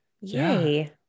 Yay